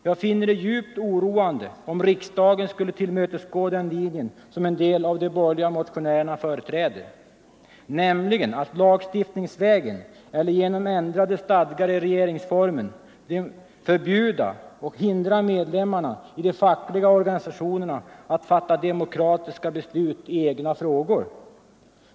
Jag finner det djupt oroande om riksdagen skulle tillmötesgå den linje som en del av de borgerliga motionärerna företräder, nämligen att lagstiftningsvägen eller genom ändrade stadgar i regeringsformen förbjuda och hindra medlemmarna i de fackliga organisationerna att fatta demokratiska beslut i egna frågor.